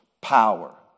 power